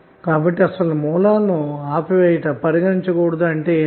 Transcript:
కాబట్టిఅసలు source లను ఆపివేయుట అంటే ఏమిటి